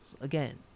again